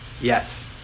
Yes